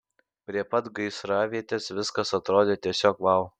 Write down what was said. prie pat gaisravietės viskas atrodė tiesiog vau